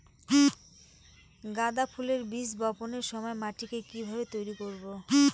গাদা ফুলের বীজ বপনের সময় মাটিকে কিভাবে তৈরি করব?